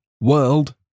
World